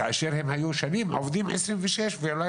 כאשר הם היו שנים עובדים עשרים וששה ואולי